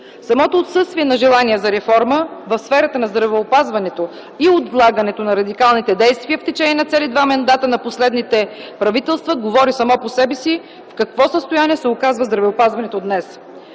Самото отсъствие на желание за реформа в сферата на здравеопазването и отлагането на радикалните действия в течение на цели два мандата на последните правителства говори само по себе си в какво състояние се оказва здравеопазването днес.